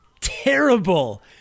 terrible